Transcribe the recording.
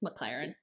McLaren